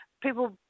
people